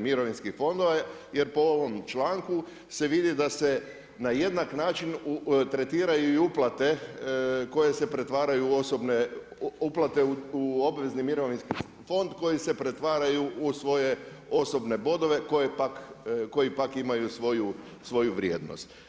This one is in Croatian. mirovinskih fondova jer po ovom članku se vidi da se na jednak način tretiraju i uplate koje se pretvaraju u osobne, uplate u obvezni mirovinski fond koji se pretvaraju u svoje osobne bodove koji pak imaju svoju vrijednost.